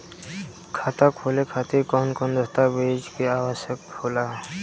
खाता खोले खातिर कौन कौन दस्तावेज के आवश्यक होला?